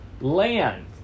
land